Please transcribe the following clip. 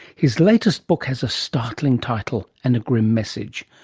his latest book has a startling title and a grim message.